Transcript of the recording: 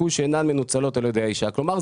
אגב משני הצדדים,